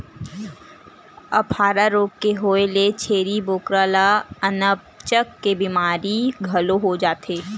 अफारा रोग के होए ले छेरी बोकरा ल अनपचक के बेमारी घलो हो जाथे